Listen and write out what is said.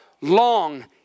long